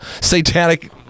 satanic